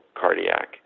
cardiac